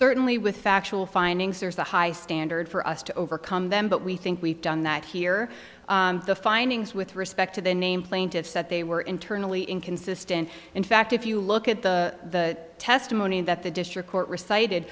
certainly with factual findings there's a high standard for us to overcome them but we think we've done that here the findings with respect to the name plaintiffs that they were internally inconsistent in fact if you look at the testimony that the district court recite